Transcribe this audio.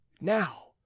now